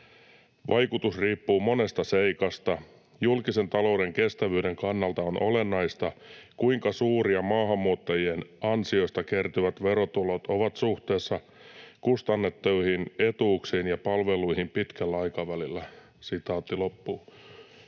Vaikutus riippuu monesta seikasta. Julkisen talouden kestävyyden kannalta on olennaista, kuinka suuria maahanmuuttajien ansioista kertyvät verotulot ovat suhteessa kustannettaviin etuuksiin ja palveluihin pitkällä aikavälillä.” Arvoisa